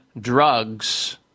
drugs